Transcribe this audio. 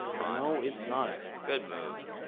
come on no it's not good move